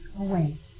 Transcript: away